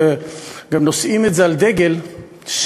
וגם נושאים את זה על דגל,